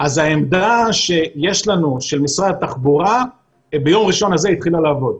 אז העמדה שיש לנו של משרד התחבורה ביום ראשון הזה היא התחילה לעבוד.